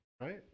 right